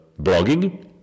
blogging